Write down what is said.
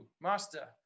master